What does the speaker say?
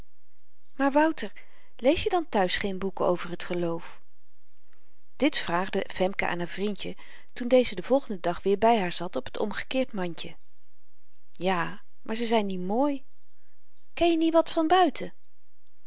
maar wouter lees je dan thuis geen boeken over t geloof dit vraagde femke aan haar vrindje toen deze den volgenden dag weèr by haar zat op t omgekeerd mandje ja maar ze zyn niet mooi ken je niet wat